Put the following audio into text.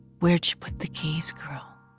where'd you put the keysm girl?